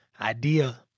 idea